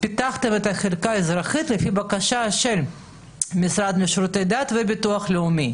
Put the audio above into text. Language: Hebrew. פיתחתם את החלקה האזרחית לפי בקשת המשרד לשירותי דת והביטוח הלאומי.